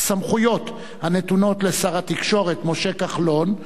סמכויות הנתונות לשר התקשורת משה כחלון,